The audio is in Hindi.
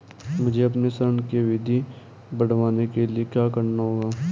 मुझे अपने ऋण की अवधि बढ़वाने के लिए क्या करना होगा?